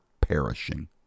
perishing